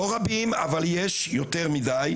לא רבים אבל יש יותר מדי,